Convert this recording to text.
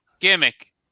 gimmick